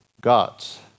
God's